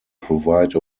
provide